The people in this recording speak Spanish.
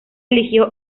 eligió